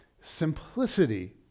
simplicity